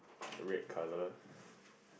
red colour